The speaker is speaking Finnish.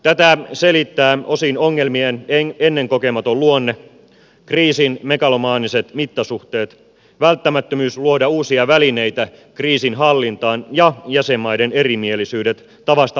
tätä selittävät osin ongelmien ennenkokematon luonne kriisin megalomaaniset mittasuhteet välttämättömyys luoda uusia välineitä kriisinhallintaan ja jäsenmaiden erimielisyydet tavasta hoitaa kriisiä